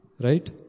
Right